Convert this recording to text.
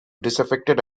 disaffected